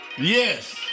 Yes